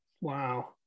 wow